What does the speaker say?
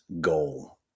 goal